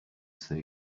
sea